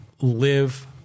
live